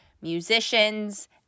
musicians